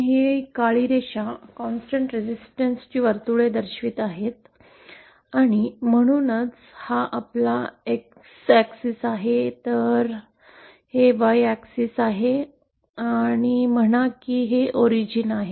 ही काळी रेषा निरंतर प्रतिकार वर्तुळे दर्शवित आहेत आणि म्हणूनच हा आपला एक्स आणि वाय अक्ष आहे तर हे एक्स आहे आणि म्हणा की ही मूळ आहे